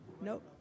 Nope